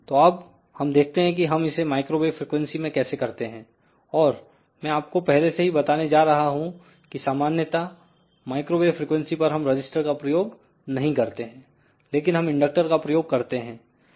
तो अब हम देखते हैं कि हम इसे माइक्रोवेव फ्रिकवेंसी में कैसे करते हैं और मैं आपको पहले से ही बताने जा रहा हूं कि सामान्यता माइक्रोवेव फ्रिकवेंसी पर हम रजिस्टर का प्रयोग नहीं करते हैं लेकिन हम इंडक्टर का प्रयोग करते हैं